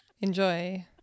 enjoy